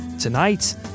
tonight